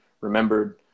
remembered